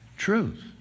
Truth